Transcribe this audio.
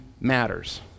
matters